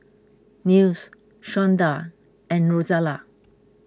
Nils Shonda and Rozella